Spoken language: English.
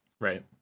Right